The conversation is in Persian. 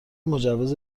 مجوز